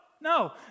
No